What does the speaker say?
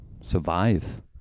survive